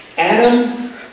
Adam